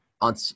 on